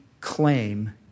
claim